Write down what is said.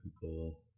people